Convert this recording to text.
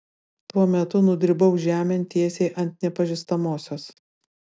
tuo metu nudribau žemėn tiesiai ant nepažįstamosios